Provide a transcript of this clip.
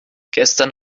gestern